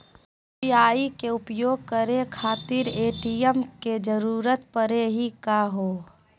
UPI के उपयोग करे खातीर ए.टी.एम के जरुरत परेही का हो?